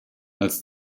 als